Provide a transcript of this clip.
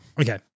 Okay